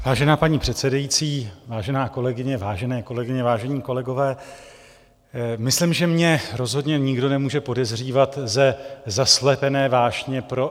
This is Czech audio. Vážená paní předsedající, vážená kolegyně, vážené kolegyně, vážení kolegové, myslím, že mě rozhodně nikdo nemůže podezřívat ze zaslepené vášně pro elektromobilitu.